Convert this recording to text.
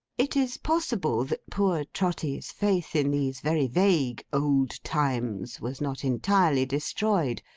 it is possible that poor trotty's faith in these very vague old times was not entirely destroyed,